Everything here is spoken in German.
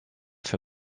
für